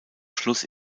schluss